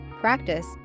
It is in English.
practice